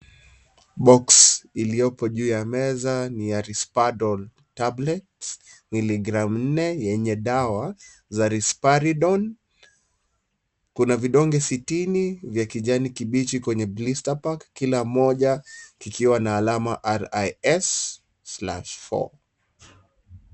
(cs)Box(cs), iliopo juu ya meza ni ya(cs) rispadol tablet, miligram(cs) nne, yenye dawa za(cs) risparidol(cs), kuna vidonge sitini vya kijani kibichi kwenye(cs)blistapack(cs), kila moja kikiwa na alama RIS,/4.